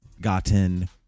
gotten